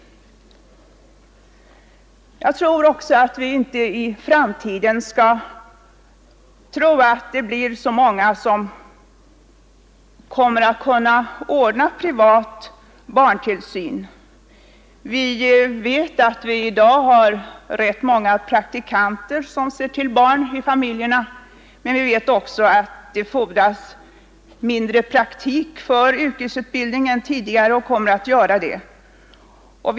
Vi skall inte tro att det i framtiden blir så många som kommer att kunna ordna privat barntillsyn — i dag finns det rätt många praktikanter som ser till barnen i familjerna, men vi vet att det nu fordras mindre praktik för yrkesutbildning än tidigare.